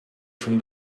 from